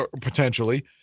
potentially